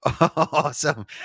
Awesome